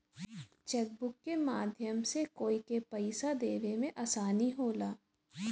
chequebook के माध्यम से कोई के पइसा देवे में आसानी होला